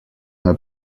her